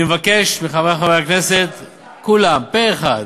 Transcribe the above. אני מבקש מחברי חברי הכנסת כולם, פה-אחד,